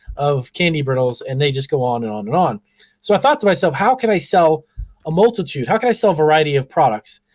of candy brittle, and they just go on, and on, and on. so i thought to myself, how can i sell a multitude. how can i sell a variety of products,